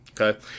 Okay